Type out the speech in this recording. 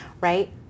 right